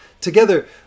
Together